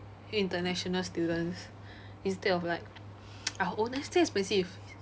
international students instead of like it's still expensive